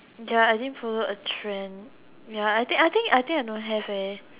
ya I didn't follow a trend ya I think I think I don't have leh